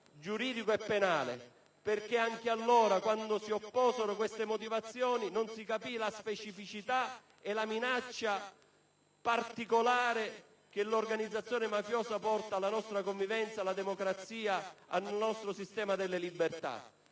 giuridico e penale; infatti, anche allora quando si opposero queste motivazioni non si capì la specificità e la minaccia particolare che l'organizzazione mafiosa porta alla nostra convivenza, alla democrazia e al nostro sistema delle libertà.